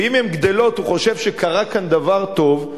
ואם הן גדלות הוא חושב שקרה כאן דבר טוב,